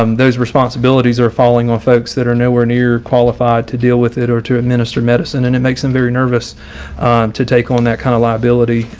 um those responsibilities are falling off folks that are nowhere near qualified to deal with it or to administer medicine, and it makes them very nervous to take on that kind of liability,